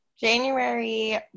January